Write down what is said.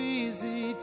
easy